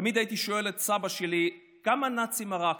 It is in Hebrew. תמיד הייתי שואל את סבא שלי: כמה נאצים הרגת?